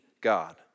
God